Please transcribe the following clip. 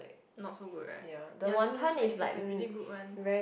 not so good right ya so that's why if it's a really very good one